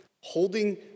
Holding